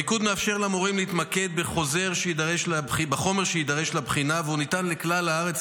המיקוד מאפשר למורים להתמקד בחומר שיידרש לבחינה והוא ניתן לכלל הארץ,